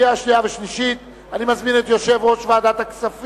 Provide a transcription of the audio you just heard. שניים נגד, אין